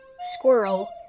squirrel